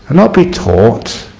not be taught,